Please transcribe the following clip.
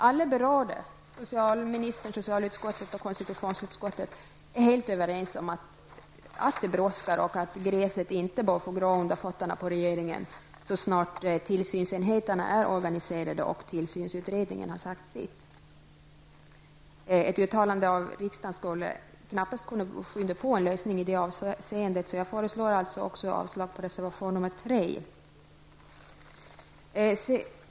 Alla berörda, socialministern, socialutskottet och konstitutionsutskottet, är helt överens om att det brådskar och att gräset inte bör få gro under fötterna på regeringen så snart tillsynsenheterna är organiserade och tillsynsutredningen har sagt sitt. Ett uttalande av riksdagen skulle knappast kunna skynda på en lösning i det avseendet. Jag föreslår således även avslag på reservation nr 3.